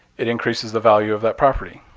it increases the value of that property.